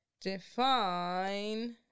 Define